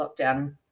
lockdown